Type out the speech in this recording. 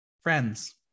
Friends